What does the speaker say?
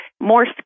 more